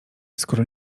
skoro